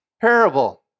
parable